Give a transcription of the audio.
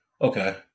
Okay